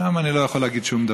שם אני לא יכול להגיד שום דבר.